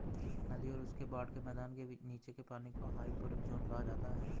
नदी और उसके बाढ़ के मैदान के नीचे के पानी को हाइपोरिक ज़ोन कहा जाता है